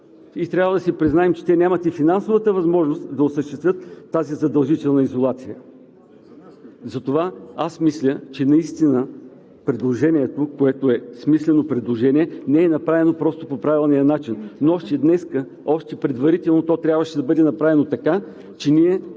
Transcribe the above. И трябва да си признаем, че те нямат и финансовата възможност да осъществят тази задължителна изолация. Затова аз мисля, че наистина предложението, което е смислено предложение, не е направено просто по правилния начин. Но още днес, още предварително, то трябваше да бъде направено така, че ние